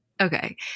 Okay